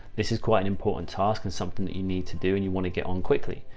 this is quite an important task and something that you need to do and you want to get on quickly.